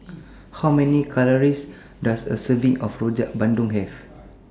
How Many Calories Does A Serving of Rojak Bandung Have